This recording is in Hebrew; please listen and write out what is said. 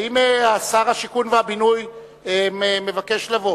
האם שר השיכון והבינוי מבקש לבוא?